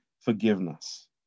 forgiveness